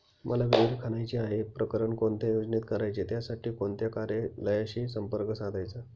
मला विहिर खणायची आहे, प्रकरण कोणत्या योजनेत करायचे त्यासाठी कोणत्या कार्यालयाशी संपर्क साधायचा?